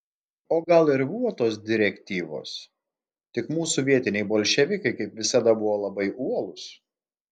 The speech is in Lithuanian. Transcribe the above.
o gal ir buvo tos direktyvos tik mūsų vietiniai bolševikai kaip visada buvo labai uolūs